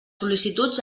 sol·licituds